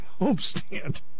homestand